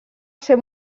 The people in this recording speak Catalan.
ser